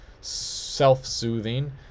self-soothing